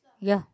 yeah